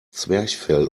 zwerchfell